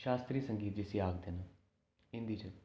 शास्त्री संगीत जिसी आखदे न